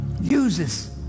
uses